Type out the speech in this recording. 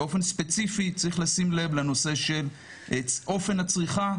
באופן ספציפי צריך לשים לב לנושא של אופן הצריכה.